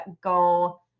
go